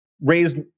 raised